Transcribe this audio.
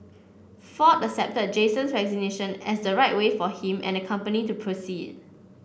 ford accepted Jason's resignation as the right way for him and the company to proceed